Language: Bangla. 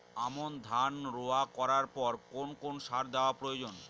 আমন ধান রোয়া করার পর কোন কোন সার দেওয়া প্রয়োজন?